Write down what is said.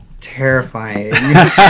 terrifying